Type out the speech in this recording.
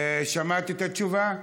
שמעת את התשובה?